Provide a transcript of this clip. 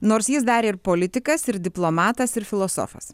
nors jis dar ir politikas ir diplomatas ir filosofas